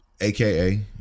aka